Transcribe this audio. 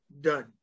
done